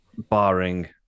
Barring